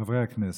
חבריי הכנסת,